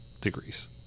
degrees